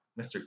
Mr